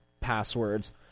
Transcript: passwords